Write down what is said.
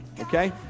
okay